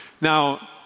Now